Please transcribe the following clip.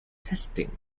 testing